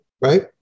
Right